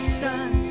sun